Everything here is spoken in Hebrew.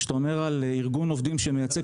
כשאתה אומר על ארגון עובדים שמייצג